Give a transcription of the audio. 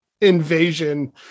invasion